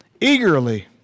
eagerly